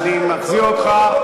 אני מחזיר אותך.